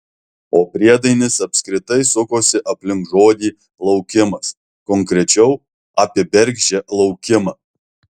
o priedainis apskritai sukosi aplink žodį laukimas konkrečiau apie bergždžią laukimą